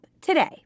today